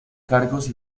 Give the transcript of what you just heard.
cargos